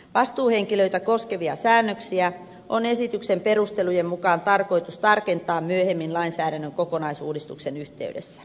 vastuuhenkilöitä koskevia säännöksiä on esityksen perustelujen mukaan tarkoitus tarkentaa myöhemmin lainsäädännön kokonaisuudistuksen yhteydessä